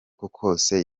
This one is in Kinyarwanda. kose